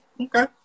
Okay